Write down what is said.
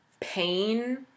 pain